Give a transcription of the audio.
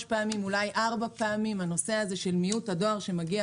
פעמים אולי ארבע פעמים הנושא הזה של הדואר שמגיע